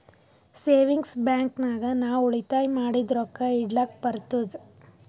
savings bank ನಾಗ್ ನಾವ್ ಉಳಿತಾಯ ಮಾಡಿದು ರೊಕ್ಕಾ ಇಡ್ಲಕ್ ಬರ್ತುದ್